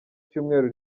cyumweru